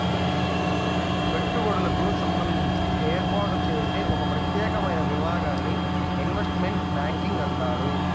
పెట్టుబడులకు సంబంధించి ఏర్పాటు చేసే ఒక ప్రత్యేకమైన విభాగాన్ని ఇన్వెస్ట్మెంట్ బ్యాంకింగ్ అంటారు